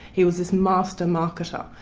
he was this master marketer.